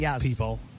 people